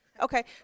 Okay